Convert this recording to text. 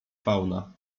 fauna